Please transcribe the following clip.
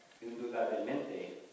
indudablemente